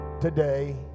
today